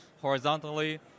horizontally